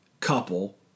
Couple